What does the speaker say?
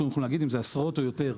יכולים להגיד אם אלו עשרות או יותר,